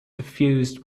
suffused